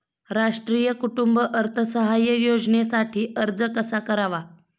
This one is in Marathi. राष्ट्रीय कुटुंब अर्थसहाय्य योजनेसाठी अर्ज कसा करावा?